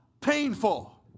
painful